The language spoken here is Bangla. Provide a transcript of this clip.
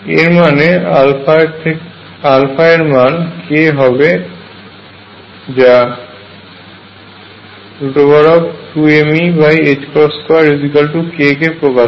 এর মানে α এর মান k হবে যা 2mE2k কে প্রকাশ করে